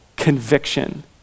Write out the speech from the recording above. conviction